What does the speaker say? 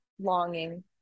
longing